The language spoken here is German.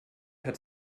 hat